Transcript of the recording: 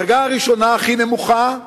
בדרגה הראשונה, הכי נמוכה,